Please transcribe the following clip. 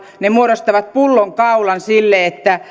ne muodostavat pullonkaulan sille